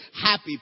happy